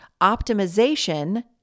Optimization